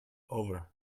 over